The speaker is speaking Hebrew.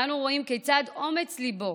אנו רואים כיצד אומץ ליבו